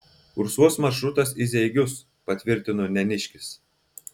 kursuos maršrutas į zeigius patvirtino neniškis